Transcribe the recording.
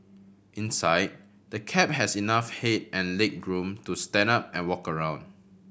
inside the cab has enough head and legroom to stand up and walk around